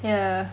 ya